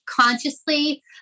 consciously